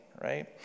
right